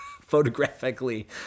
photographically